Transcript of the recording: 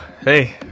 hey